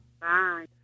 Bye